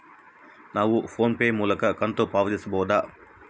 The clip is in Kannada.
ನಾವು ಫೋನ್ ಪೇ ಮೂಲಕ ಕಂತು ಪಾವತಿಸಬಹುದಾ?